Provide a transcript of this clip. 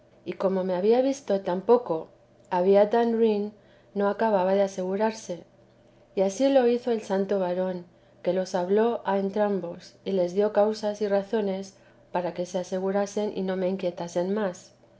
y como me había visto tan poco había tan ruin no acababa de asegurarse y ansí lo hizo el santo varón que los habló a entrambos les dio causas y razones para que se asegurasen y no me inquietasen más